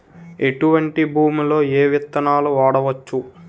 ఎటువంటి భూమిలో ఏ విత్తనాలు వాడవచ్చు?